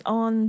on